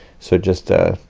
so just ah,